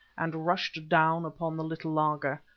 and rushed down upon the little laager.